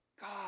God